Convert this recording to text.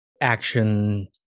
action